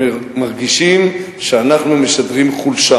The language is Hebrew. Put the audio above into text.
הם מרגישים שאנחנו משדרים חולשה